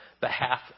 behalf